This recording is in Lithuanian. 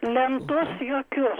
lentos jokios